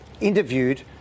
interviewed